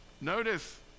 notice